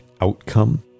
outcome